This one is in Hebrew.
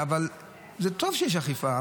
אבל זה טוב שיש אכיפה.